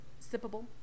sippable